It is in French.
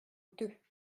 deux